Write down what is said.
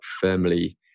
firmly